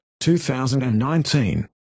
2019